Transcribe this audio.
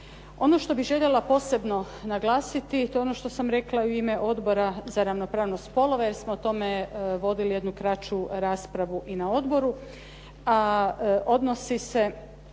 Ono što bih željela posebno naglasiti to je ono što sam rekla i u ime Odbora za ravnopravnost spolova jer smo o tome vodili jednu kraću raspravu i na odboru a odnosi se